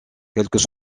quelques